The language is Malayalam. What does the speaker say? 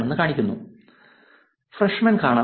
ഫ്രഷ്മെൻ കാണാം